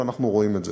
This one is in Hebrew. ואנחנו רואים את זה.